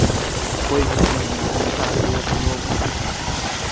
कोइ भी चीज हमरा कोनो कागजे कोनो